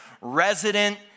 resident